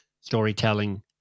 storytelling